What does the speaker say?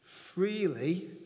freely